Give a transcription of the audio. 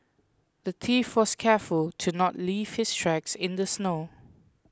the thief was careful to not leave his tracks in the snow